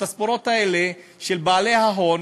התספורות האלה, של בעלי ההון,